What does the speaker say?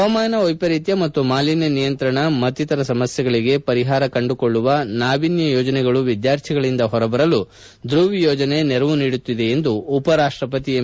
ಹವಾಮಾನ ವೈಪರೀತ್ಯ ಮತ್ತು ಮಾಲಿನ್ನ ನಿಯಂತ್ರಣ ಮತ್ತಿತರ ಸಮಸ್ಟೆಗಳಿಗೆ ಪರಿಹಾರ ಕಂಡುಕೊಳ್ಳುವ ನಾವೀನ್ವ ಯೋಜನೆಗಳು ವಿದ್ವಾರ್ಥಿಗಳಿಂದ ಹೊರಬರಲು ಧುವ್ ಯೋಜನೆ ನೆರವು ನೀಡುತ್ತಿದೆ ಎಂದು ಉಪರಾಷ್ಟಪತಿ ಎಂ